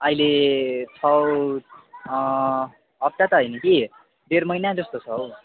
अहिले छ हप्ता त होइन कि डेढ महिना जस्तो छ हो